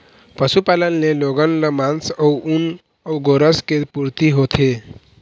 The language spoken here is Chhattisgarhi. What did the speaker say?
पशुपालन ले लोगन ल मांस, ऊन अउ गोरस के पूरती होथे